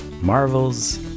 Marvel's